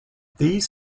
these